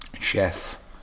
chef